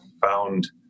found